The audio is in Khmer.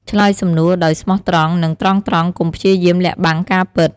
ឆ្លើយសំណួរដោយស្មោះត្រង់ និងត្រង់ៗកុំព្យាយាមលាក់បាំងការពិត។